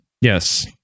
Yes